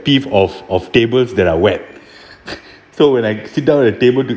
peeves of of tables that are wet so when I sit down at a table to